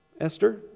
Esther